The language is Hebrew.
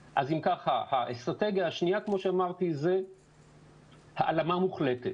ככה, האסטרטגיה השנייה כמו שאמרתי העלמה מוחלטת,